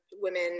women